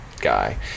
guy